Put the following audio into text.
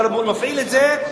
אתה מפעיל את זה,